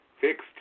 fixed